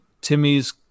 Timmy's